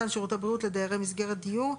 מתן שירותי בריאות לדיירי מסגרת דיור),